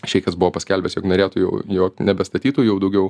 šeichas buvo paskelbęs jog norėtų jau jog nebestatytų jau daugiau